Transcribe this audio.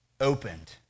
opened